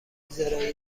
زراعی